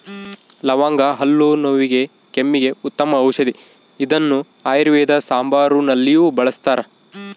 ಲವಂಗ ಹಲ್ಲು ನೋವಿಗೆ ಕೆಮ್ಮಿಗೆ ಉತ್ತಮ ಔಷದಿ ಇದನ್ನು ಆಯುರ್ವೇದ ಸಾಂಬಾರುನಲ್ಲಿಯೂ ಬಳಸ್ತಾರ